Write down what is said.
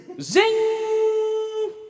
Zing